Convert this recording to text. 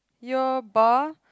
your bar